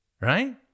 right